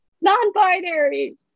non-binary